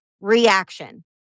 reaction